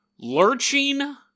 lurching